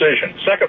second